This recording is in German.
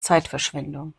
zeitverschwendung